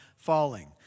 Falling